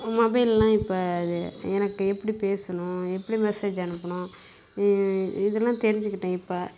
மொபைலெலாம் இப்போ அது எனக்கு எப்படி பேசணும் எப்படி மெசேஜ் அனுப்பணும் இதலாம் தெரிஞ்சுக்கிட்டேன் இப்போ